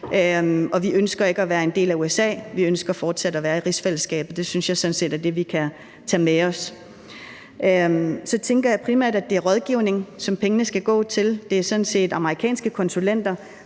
Vi ønsker ikke at være en del af USA, vi ønsker fortsat at være i rigsfællesskabet. Det synes jeg sådan set er det, vi kan tage med os. Jeg tænker, at det primært er rådgivning, som pengene skal gå til. Det er sådan set amerikanske konsulenter,